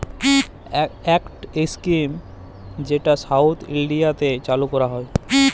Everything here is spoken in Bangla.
ইকট ইস্কিম যেট সাউথ ইলডিয়াতে চালু ক্যরা হ্যয়